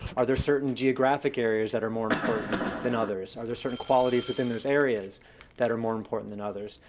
are there certain geographic areas that are more important than others? are there certain qualities within those areas that are more important than others?